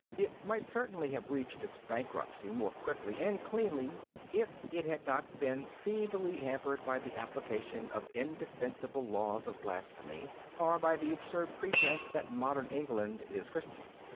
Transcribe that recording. it might certainly have reached its bankruptcy more quickly and cleanly if it had not been feebly hampered by the application of indefensible laws of blasphemy or by the absurd pretence that modern england is christian.